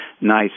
nice